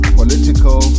political